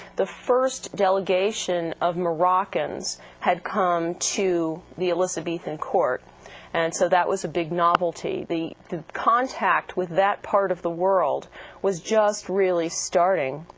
the first delegation of moroccans had come to the elizabethan court and so that was a big novelty novelty the contact with that part of the world was just really starting.